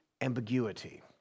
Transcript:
ambiguity